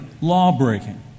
law-breaking